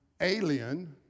alien